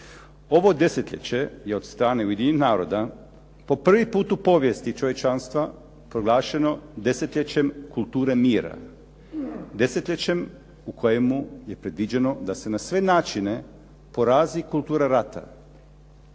Ovo desetljeće je od strane Ujedinjenih naroda po prvi put u povijesti čovječanstva proglašeno desetljećem kulture mira. Desetljećem u kojemu je predviđeno da se na sve načine porazi kultura rata.